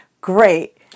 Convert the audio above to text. Great